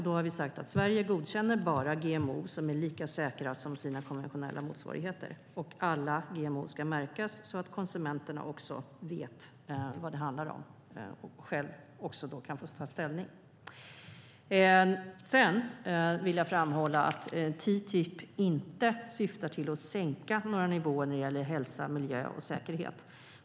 Då har vi sagt att Sverige bara godkänner GMO:er som är lika säkra som sina konventionella motsvarigheter, och alla GMO:er ska märkas så att konsumenterna vet vad det handlar om och själva kan ta ställning. Sedan vill jag framhålla att TTIP inte syftar till att sänka några nivåer när det gäller hälsa, miljö och säkerhet.